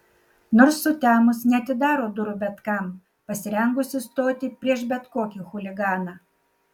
nors sutemus neatidaro durų bet kam pasirengusi stoti prieš bet kokį chuliganą